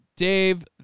Dave